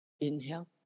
inhale